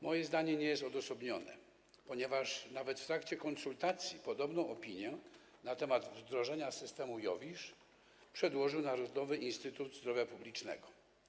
Moje zdanie nie jest odosobnione, ponieważ nawet w trakcie konsultacji podobną opinię na temat wdrożenia systemu IOWISZ przedłożył Narodowy Instytut Zdrowia Publicznego.